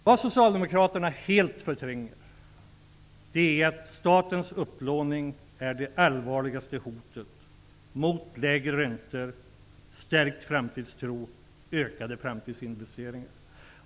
Vad socialdemokraterna helt förtränger är att statens upplåning är det allvarligaste hotet mot lägre räntor, stärkt framtidstro och ökade framtidsinvesteringar.